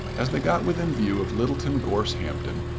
as they got within view of littleton gorse hampton,